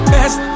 Best